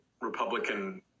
Republican